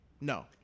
No